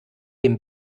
dem